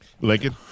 lincoln